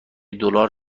دلار